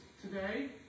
today